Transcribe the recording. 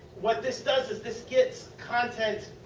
what this done is this gets content